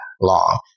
long